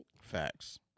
facts